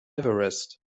everest